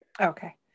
Okay